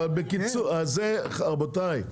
אבל רבותיי,